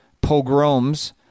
pogroms